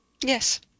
Yes